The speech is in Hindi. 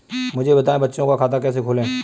मुझे बताएँ बच्चों का खाता कैसे खोलें?